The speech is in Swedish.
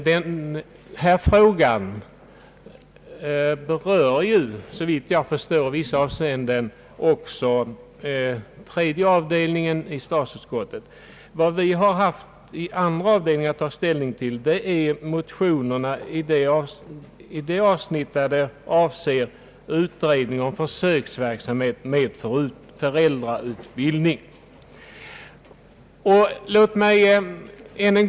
Herr talman! Den här frågan berör, såvitt jag förstår, i vissa avseenden också tredje avdelningen i statsutskottet. Vad vi i andra avdelningen har haft att ta ställning till är de avsnitt av motionerna som avser utredning och försöksverksamhet med föräldrautbildningen.